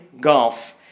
golf